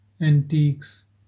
antiques